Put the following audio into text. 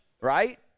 Right